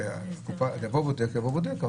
יבוא בודק, אז יבוא בודק.